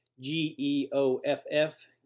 G-E-O-F-F